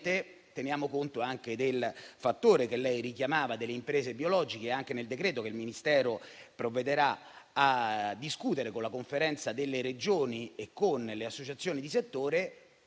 teniamo conto anche del fattore che lei richiamava delle imprese biologiche e anche nel decreto che il Ministero provvederà a discutere con la Conferenza delle Regioni e con le associazioni di settore